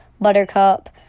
Buttercup